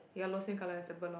ya lor same color as the bird lor